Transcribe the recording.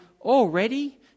already